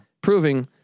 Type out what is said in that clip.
proving